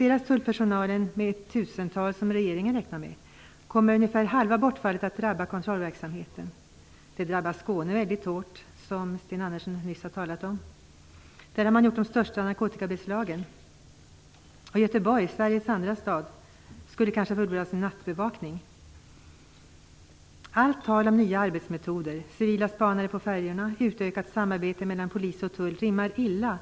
Om tullpersonalen reduceras med ett tusental, som regeringen räknar med, kommer ungefär halva bortfallet att drabba kontrollverksamheten. Det drabbar Skåne mycket hårt, som Sten Andersson nyss har talat om. I Skåne har man gjort de största narkotikabeslagen. Göteborg, Sveriges andra stad, skulle kanske förlora sin nattbevakning. Allt tal om nya arbetsmetoder, civila spanare på färjorna och ett utökat samarbete mellan polisen och tullen rimmar illa